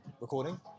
recording